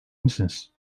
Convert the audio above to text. misiniz